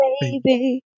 baby